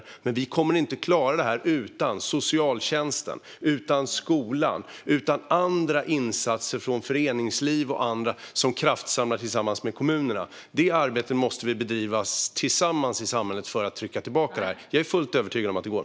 Han säger också att de inte kommer att klara det utan socialtjänsten, skolan och insatser från föreningsliv och andra som kraftsamlar tillsammans med kommunerna. Det arbetet måste vi bedriva tillsammans i samhället för att trycka tillbaka det här. Jag är fullt övertygad om att det går.